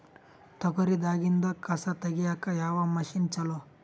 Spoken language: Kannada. ತೊಗರಿ ದಾಗಿಂದ ಕಸಾ ತಗಿಯಕ ಯಾವ ಮಷಿನ್ ಚಲೋ?